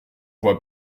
vois